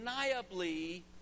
undeniably